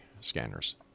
scanners